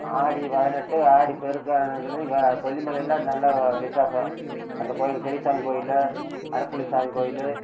ஆடி பதினெட்டு ஆடிப்பெருக்கா கா கொல்லிமலையில நல்ல விசேஷம் அந்த கோயில் பெரிய சாமி கோயில் அரப்புள்ளி சாமி கோயில்